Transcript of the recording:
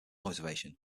motivation